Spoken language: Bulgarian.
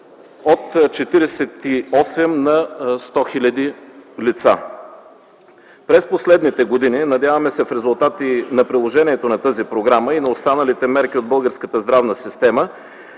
от 48 на 100 хиляди лица. През последните години, надяваме се в резултат и на приложението на тази програма и на останалите мерки предприети в българската здравна система,